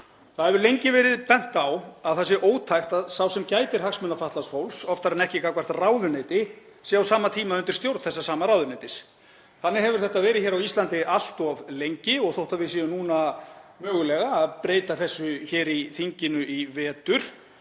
Það hefur lengi verið bent á að það sé ótækt að sá sem gætir hagsmuna fatlaðs fólks oftar en ekki gagnvart ráðuneyti sé á sama tíma undir stjórn þessa sama ráðuneytis. Þannig hefur þetta verið á Íslandi allt of lengi og þótt við séum núna mögulega að breyta þessu hér í þinginu í vetur